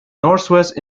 northwest